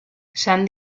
san